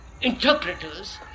interpreters